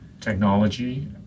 technology